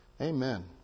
Amen